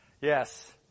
yes